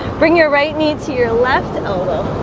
bring your right knee to your left elbow